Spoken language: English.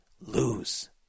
lose